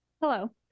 Hello